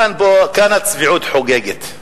כאן הצביעות חוגגת.